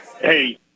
Hey